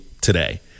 today